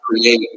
create